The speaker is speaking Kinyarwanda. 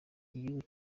igihugu